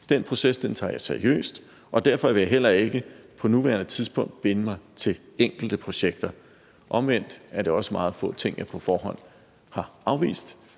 Den proces tager jeg seriøst, og derfor vil jeg heller ikke på nuværende tidspunkt binde mig til enkelte projekter. Omvendt er det også meget få ting, jeg på forhånd har afvist.